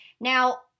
now